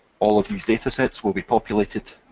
all of these datasets will be populated